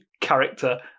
character